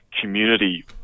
community